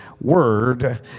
word